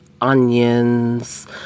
onions